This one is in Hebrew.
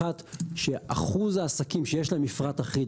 אחת שאחוז העסקים שיש למפרט אחיד,